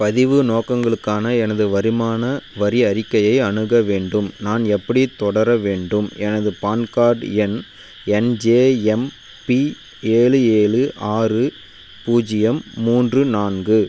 பதிவு நோக்கங்களுக்காக எனது வருமான வரி அறிக்கையை அணுக வேண்டும் நான் எப்படி தொடர வேண்டும் எனது பான்கார்ட் எண் என்ஜேஎம்பி ஏழு ஏழு ஆறு பூஜ்ஜியம் மூன்று நான்கு